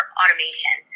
automation